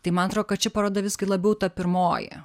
tai man atrodo kad ši paroda visgi labiau ta pirmoji